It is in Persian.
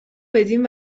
بدین